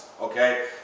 okay